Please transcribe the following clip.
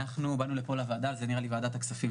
אנחנו באנו לפה לוועדה, זה היה בוועדת הכספים,